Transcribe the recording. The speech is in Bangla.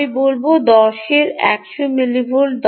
আমি বলব 10 এর 100 এর দশক মিলিভোল্ট